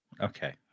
Okay